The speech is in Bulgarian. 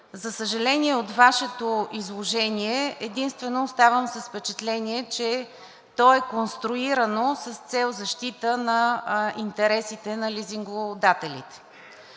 За съжаление, от Вашето изложение единствено оставам с впечатление, че то е конструирано с цел защита на интересите на лизингодателите.